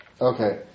Okay